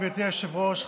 גברתי היושבת-ראש.